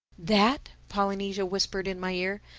that, polynesia whispered in my ear,